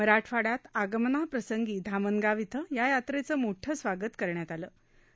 मराठवाङ्यात ागमनाप्रसंगी धामनगाव इथं या यात्रेचं मोठं स्वागत करण्यात ा लं